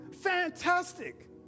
fantastic